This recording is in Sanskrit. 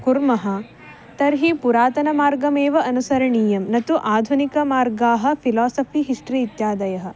कुर्मः तर्हि पुरातनमार्गमेव अनुसरणीयं न तु आधुनिकमार्गाः फ़िलासफ़ि हिस्ट्रि इत्यादयः